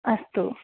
अस्तु